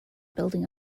building